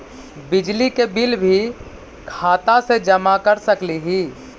बिजली के बिल भी खाता से जमा कर सकली ही?